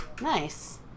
Nice